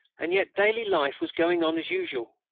and yet daily life was going on as usual.